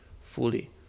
fully